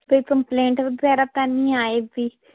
ਕੋਈ ਕੰਪਲੇਂਟ ਵਗੈਰਾ ਤਾਂ ਨਹੀਂ ਆਏਗੀ